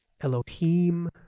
Elohim